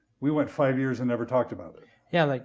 we went five years and never talked about it. yeah like